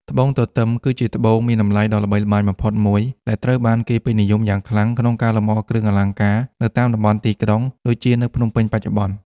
ត្បូងទទឹម គឺជាត្បូងមានតម្លៃដ៏ល្បីល្បាញបំផុតមួយ ដែលត្រូវបានគេពេញនិយមយ៉ាងខ្លាំងក្នុងការលម្អគ្រឿងអលង្ការនៅតាមតំបន់ទីក្រុង ដូចជានៅភ្នំពេញបច្ចុប្បន្ន។